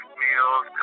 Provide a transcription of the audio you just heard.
meals